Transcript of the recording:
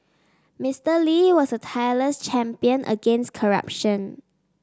Mister Lee was a tireless champion against corruption